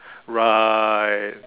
right